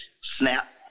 Snap